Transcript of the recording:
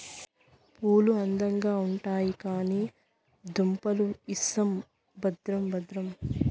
పూలు అందంగా ఉండాయి కానీ దుంపలు ఇసం భద్రం భద్రం